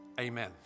amen